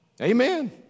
Amen